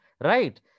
right